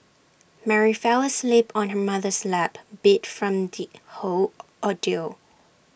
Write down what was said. Mary fell asleep on her mother's lap beat from the whole ordeal